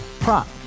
Prop